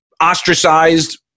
ostracized